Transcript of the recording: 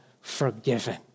forgiven